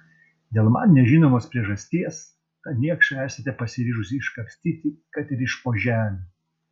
dėl man nežinomos priežasties tą niekšą esate pasiryžusi iškapstyti kad ir iš po žemių